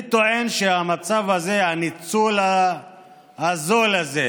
אני טוען שהמצב הזה, הניצול הזול הזה